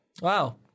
Wow